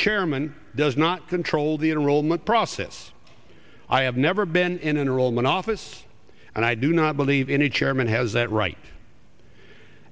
chairman does not control the enrollment process i have never been in unrolling office and i do not believe any chairman has that right